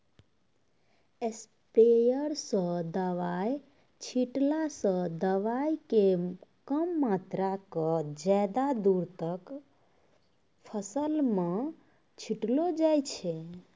sprayer स दवाय छींटला स दवाय के कम मात्रा क ज्यादा दूर तक फसल मॅ छिटलो जाय छै